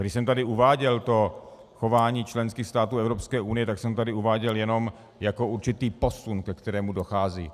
Když jsem tady uváděl chování členských států Evropské unie, tak jsem tady uváděl jenom jako určitý posun, ke kterému dochází.